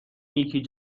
نیکی